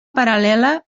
paral·lela